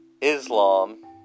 Islam